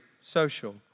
social